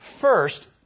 first